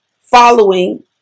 following